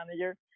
manager